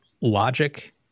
logic